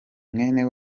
mwene